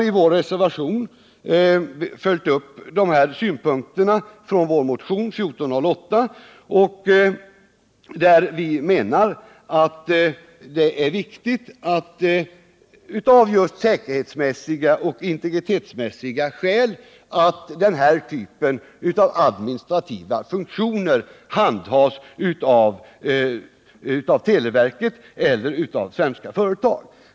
I vår reservation har vi följt upp dessa synpunkter från vår motion 1408, där vi menar att det är viktigt av just säkerhetsmässiga och integritetsmässiga skäl att den här typen av administrativa funktioner handhas av televerket Nr 105 eller av svenska företag.